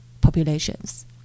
populations